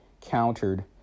countered